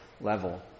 level